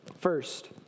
First